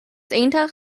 iontach